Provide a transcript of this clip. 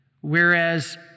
whereas